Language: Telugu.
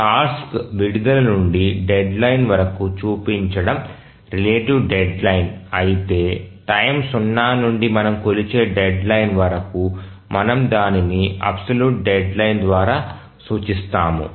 టాస్క్ విడుదల నుండి డెడ్ లైన్ వరకు చూపించడం రిలేటివ్ డెడ్లైన్ అయితే టైమ్ సున్నా నుండి మనం కొలిచే డెడ్ లైన్ వరకు మనము దానిని అబ్సల్యూట్ డెడ్లైన్ ద్వారా సూచిస్తాము